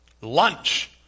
lunch